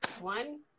one